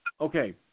okay